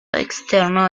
externo